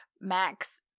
Max